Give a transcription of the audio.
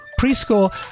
preschool